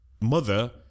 mother